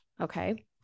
Okay